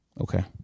Okay